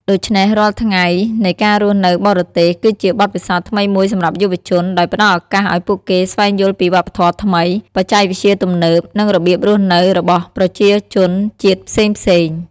ដូច្នេះរាល់ថ្ងៃនៃការរស់នៅបរទេស គឺជាបទពិសោធន៍ថ្មីមួយសម្រាប់យុវជន ដោយផ្តល់ឱកាសឲ្យពួកគេស្វែងយល់ពីវប្បធម៌ថ្មី បច្ចេកវិទ្យាទំនើប និងរបៀបរស់នៅរបស់ប្រជាជនជាតិផ្សេងៗ